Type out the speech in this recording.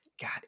God